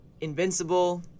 invincible